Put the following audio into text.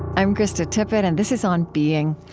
i'm krista tippett and this is on being.